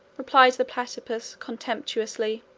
replied the platypus, contemptuously,